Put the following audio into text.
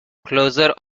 closure